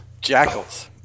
jackals